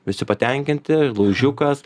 visi patenkinti laužiukas